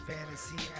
Fantasy